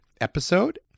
episode